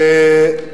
רבותי,